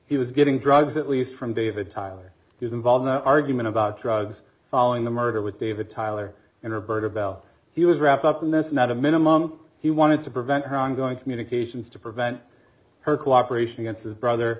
he was getting drugs at least from david tyler was involved in an argument about drugs following the murder with david tyler and roberta bell he was wrapped up in this not a minimum he wanted to prevent her ongoing communications to prevent her cooperation against his brother